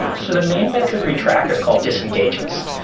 so the main metric we track is called disengagements.